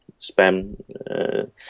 spam